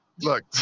Look